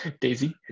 Daisy